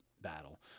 battle